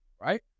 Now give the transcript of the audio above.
Right